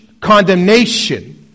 condemnation